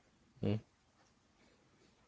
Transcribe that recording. mm